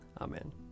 Amen